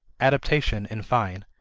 adaptation, in fine,